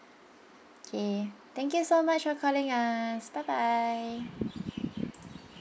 K thank you so much for calling us bye bye